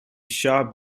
shop